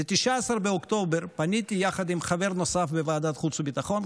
ב-19 באוקטובר פניתי יחד עם חבר נוסף בוועדת חוץ וביטחון,